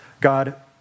God